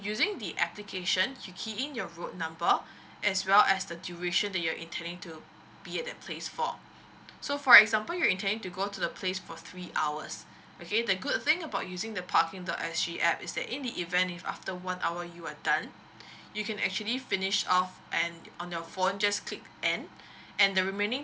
using the application you key in your road number as well as the duration that you're intending to be at the place for so for example you intending to go to the place for three hours okay the good thing about using the parking dot s g app is that in the event if after one hour you are done you can actually finish off and on your phone just click end and the remaining